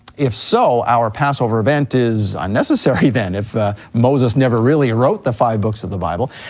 if so, our passover event is unnecessary then if moses never really wrote the five books of the bible.